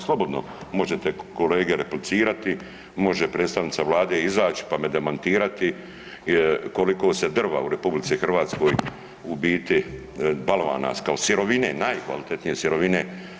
Slobodno možete kolege replicirati, može predstavnica Vlade izaći pa me demantirati koliko se drva u RH u biti balvana kao sirovine, najkvalitetnije sirovine.